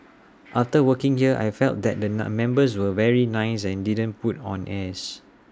after working here I felt that the nun members were very nice and didn't put on airs